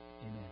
Amen